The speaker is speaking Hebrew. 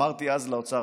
אמרתי אז לאוצר,